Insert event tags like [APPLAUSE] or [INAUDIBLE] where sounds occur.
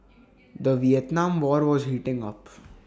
[NOISE] the Vietnam war was heating up